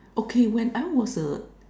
okay when I was a